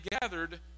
gathered